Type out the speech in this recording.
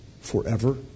forever